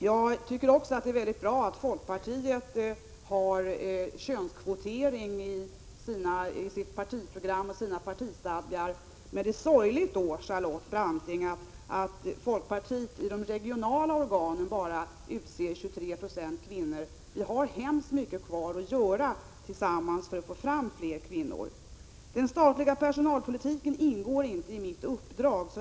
Jag tycker också det är bra att folkpartiet har könskvotering i sitt partiprogram och sina partistadgar. Men då är det sorgligt att folkpartiet i de regionala organen utser bara 23 90 kvinnor. Vi har hemskt mycket kvar att göra tillsammans för att få fram fler kvinnor. Den statliga personalpolitiken ingår inte i mitt uppdrag.